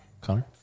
Connor